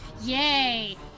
Yay